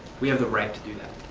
we have the right to do that.